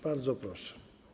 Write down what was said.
Bardzo proszę.